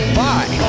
bye